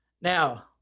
Now